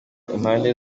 impande